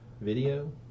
video